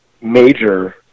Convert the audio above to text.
major